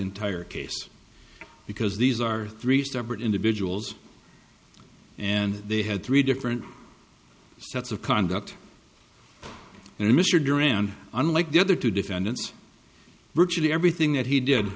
entire case because these are three separate individuals and they had three different sets of conduct and mr durand unlike the other two defendants virtually everything that he did